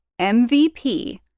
MVP